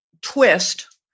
twist